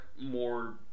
more